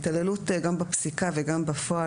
התעללות גם בפסיקה וגם בפועל,